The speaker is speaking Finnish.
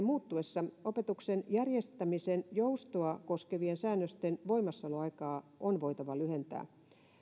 muuttuessa opetuksen järjestämisen joustoa koskevien säännösten voimassaoloaikaa on voitava lyhentää